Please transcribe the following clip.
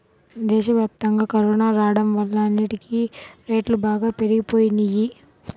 దేశవ్యాప్తంగా కరోనా రాడం వల్ల అన్నిటికీ రేట్లు బాగా పెరిగిపోయినియ్యి